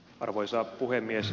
arvoisa puhemies